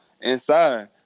inside